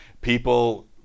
people